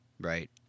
Right